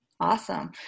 Awesome